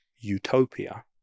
utopia